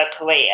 career